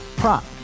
prop